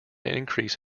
increase